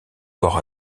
corps